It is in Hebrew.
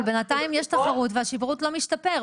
אבל בינתיים יש תחרות והשירות לא משתפר,